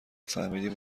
فهمیدیم